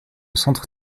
centre